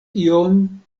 iom